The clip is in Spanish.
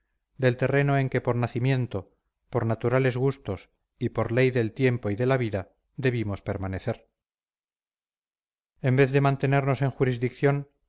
del terreno en que por nacimiento por naturales gustos y por ley del tiempo y de la vida debimos permanecer en vez de mantenernos en jurisdicción